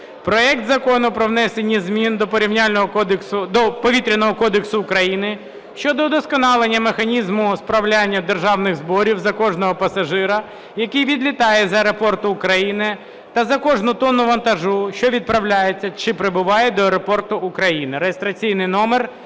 проект Закону про внесення змін до Повітряного кодексу України щодо удосконалення механізму справляння державних зборів за кожного пасажира, який відлітає з аеропорту України, та за кожну тонну вантажу, що відправляється чи прибуває до аеропорту України